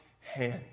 hand